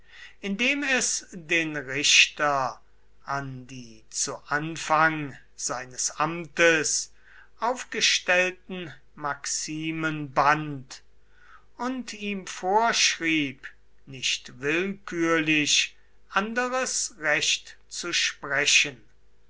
indem es den richter an die zu anfang seines amtes aufgestellten maximen band und ihm vorschrieb nicht willkürlich anderes recht zu sprechen